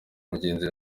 mugenzi